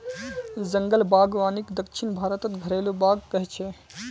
जंगल बागवानीक दक्षिण भारतत घरेलु बाग़ कह छे